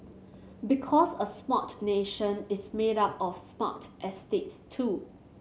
because a smart nation is made up of smart estates too